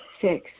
six